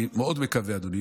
אני מאוד מקווה, אדוני,